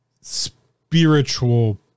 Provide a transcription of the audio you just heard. spiritual